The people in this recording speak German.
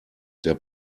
der